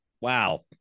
wow